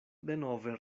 denove